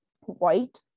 white